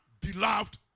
beloved